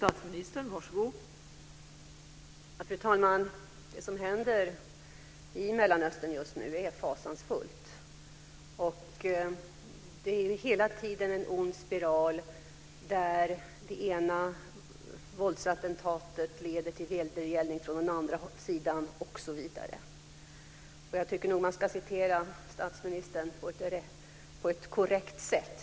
Fru talman! Det som händer i Mellanöstern just nu är fasansfullt. Det är hela tiden en ond spiral där det ena våldsattentatet leder till vedergällning från den andra sidan, osv. Jag tycker nog att man ska citera statsministern på ett korrekt sätt.